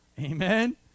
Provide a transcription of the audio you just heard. Amen